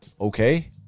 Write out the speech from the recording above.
okay